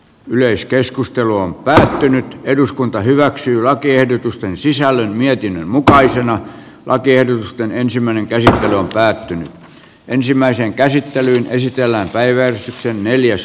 yleiskeskustelua väsähtynyt eduskunta hyväksyy lakiehdotusten sisällön mietinnön mukaisena lakiehdotusten ensimmäinen kesä on päätynyt ensimmäiseen käsittelyyn esitellään päivä hyvin eteenpäin